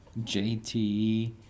JT